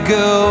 go